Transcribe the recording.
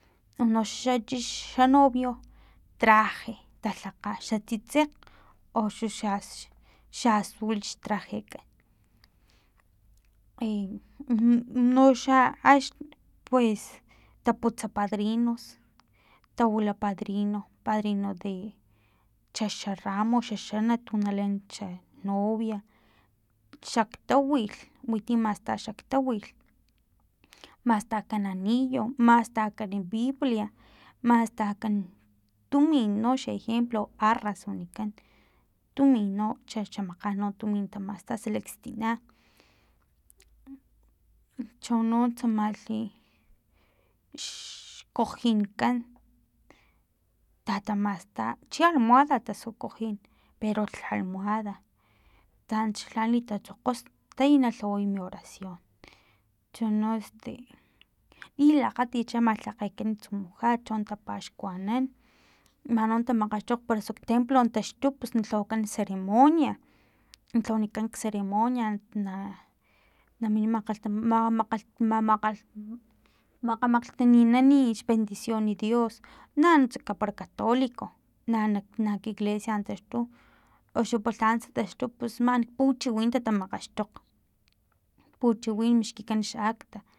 Uno xachix xa novio traje talhakga xa tsitsekg osu xa xa azul xtrajekan e uno xa pues taputsa padrinos tawili padrinos padrino de xa xa ramo xa xanat tu na leen xa novia xaktawilh winti masta xaktawilh mastakan anillo mastakan biblia mastakan tumin no xa ejemplo arrar wanikan tumin no xa makgan no tumin tamasta xalakstina chono tsamalhi xkajinkan tatamasta chi almohada sasu cojin pero lha almohada tsants lha litatsokgostay na lhaway mi oracion chono este lilakgatit xa malhakgekan tsumujat chon tapaxkuanan man no tamakgaxtokg osuk templo taxtu pus na lhawakan ceremonia na lhawanikan xceremonia na namin mamakgalh makgamakg taninani xbendicion dios nanuntsa para catolicos na na nak iglesia nataxtuosu pa antsa taxtu pus man xpuchiwin tatamakgaxtokg puchiwin mixkikan xakta